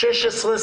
עמוד 16,